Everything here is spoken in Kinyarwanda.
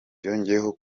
yongeyeho